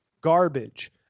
garbage